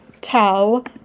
tell